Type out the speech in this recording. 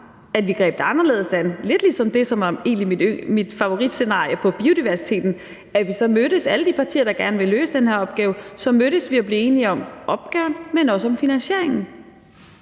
vi greb det anderledes an, lidt ligesom det, som egentlig var mit favoritscenarie, hvad angår biodiversiteten, nemlig at vi, alle de partier, som gerne vil løse den her opgave, mødtes og blev enige om opgaven, men også om finansieringen.